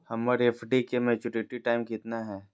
हमर एफ.डी के maturity time कितना है?